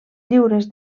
lliures